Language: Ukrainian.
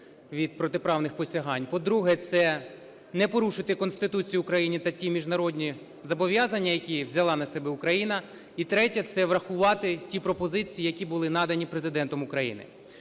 від протиправних посягань, по-друге – це не порушити Конституцію України та ті міжнародні зобов'язання, які взяла на себе Україна, і третє – це врахувати ті пропозиції, які були надані Президентом України.